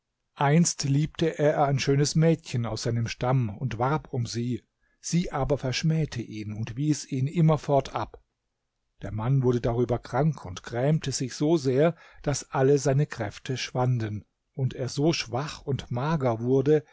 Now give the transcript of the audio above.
einst liebte er ein schönes mädchen aus seinem stamm und warb um sie sie aber verschmähte ihn und wies ihn immerfort ab der mann wurde darüber krank und grämte sich so sehr daß alle seine kräfte schwanden und er so schwach und mager wurde